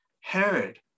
Herod